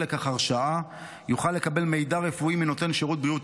לכך הרשאה יוכל לקבל מידע רפואי מנותן שירות בריאות